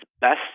best